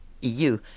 EU